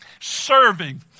serving